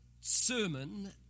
sermon